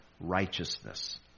righteousness